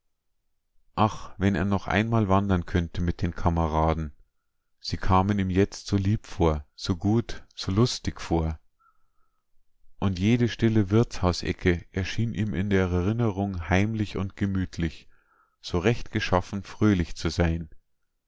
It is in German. ach wenn er noch einmal wandern könnte mit den kameraden sie kamen ihm jetzt so lieb so gut so lustig vor und jede stille wirtshausecke erschien ihm in der erinnerung heimlich und gemütlich so recht geschaffen fröhlich zu sein